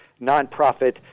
nonprofit